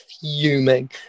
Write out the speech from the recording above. fuming